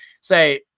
Say